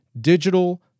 digital